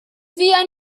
fuan